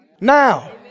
now